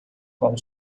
called